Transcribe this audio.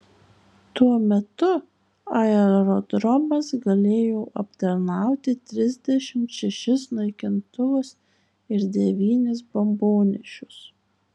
tuo metu aerodromas galėjo aptarnauti trisdešimt šešis naikintuvus ir devynis bombonešius